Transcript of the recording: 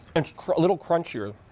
and a little crunchier.